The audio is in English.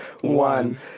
one